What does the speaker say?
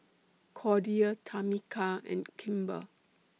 Cordia Tamika and Kimber